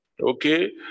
Okay